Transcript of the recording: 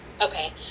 Okay